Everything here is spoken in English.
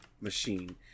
machine